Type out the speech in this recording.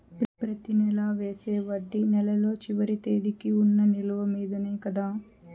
ప్రతి నెల వేసే వడ్డీ నెలలో చివరి తేదీకి వున్న నిలువ మీదనే కదా?